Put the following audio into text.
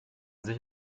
sich